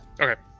okay